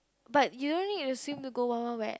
but you don't need to swim to go Wild-Wild-Wet